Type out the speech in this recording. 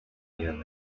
young